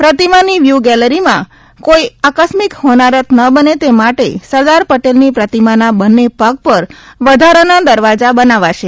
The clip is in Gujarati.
પ્રતિમાની વ્યૂ ગેલેરીમાં કોઇ આકસ્મીક હોનારત ન બને તે માટે સરદાર પટેલની પ્રતિમાના બંને પદ પર વધારાના દરવાજા બનાવાશે